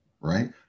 right